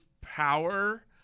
power